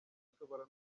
ashobora